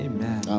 Amen